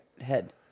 head